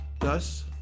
Thus